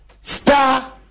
Star